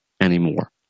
anymore